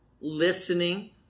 listening